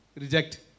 Reject